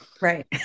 Right